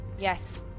Yes